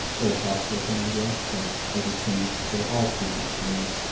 philosophical thing, i guess, but i just changed it to say all students will